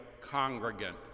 congregant